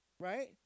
Right